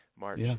March